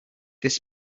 this